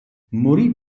morì